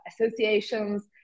associations